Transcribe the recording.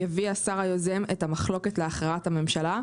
יביא השר היוזם את המחלוקת להכרעת הממשלה,